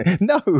no